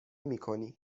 میکنی